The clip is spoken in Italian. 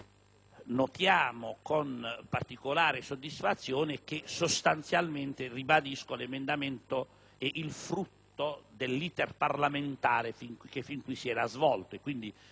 Notiamo con particolare soddisfazione che - lo ribadisco - l'emendamento è il frutto dell'*iter* parlamentare che fin qui si è svolto